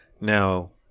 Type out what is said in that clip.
Now